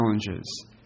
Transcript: challenges